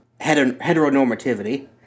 heteronormativity